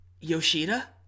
Yoshida